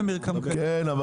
כן,